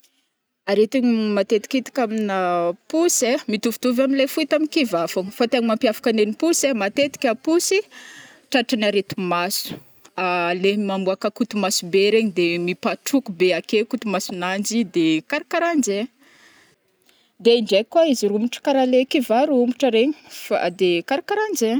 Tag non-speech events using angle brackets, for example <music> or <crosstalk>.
Aretigny matetiky hitako amina posy ai mitovitovy amilay foy tamkivà fogna fa tegna mampiavaka nengny posy ai matetika posy tratry ny aretimaso a le mamoaky kotomaso be regny de mipatroky be ake kotomasonanjy de karakaranjegny <hesitation> de ndraiky koa izy romotry kara le kivà romôhatra regny. Fa de karakaranjegny.